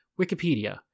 Wikipedia